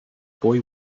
boy